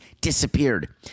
disappeared